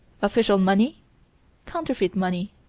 official money counterfeit money.